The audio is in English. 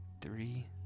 three